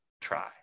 try